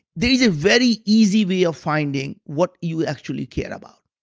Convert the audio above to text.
there's a very easy way of finding what you actually care about.